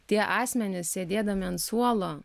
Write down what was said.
tie asmenys sėdėdami ant suolo